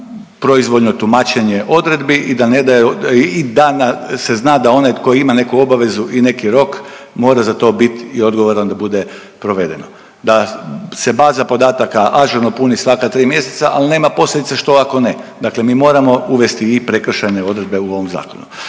da se zna da onaj tko ima neku obavezu i neki rok mora za to biti i odgovoran da bude provedeno, da se baza podataka ažurno puni svaka tri mjeseca, al posljedice što ako ne. Dakle, mi moramo uvesti i prekršajne odredbe u ovom zakonu.